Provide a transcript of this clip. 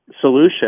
solution